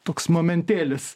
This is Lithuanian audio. toks momentėlis